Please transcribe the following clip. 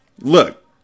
Look